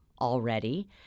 already